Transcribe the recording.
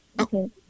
Okay